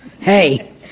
hey